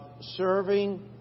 serving